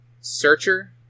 searcher